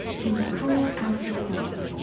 he was called alfred the great,